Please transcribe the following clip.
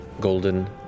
golden